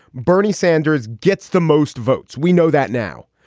bernie sanders gets the most votes. we know that now.